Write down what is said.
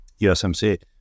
USMC